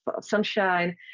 sunshine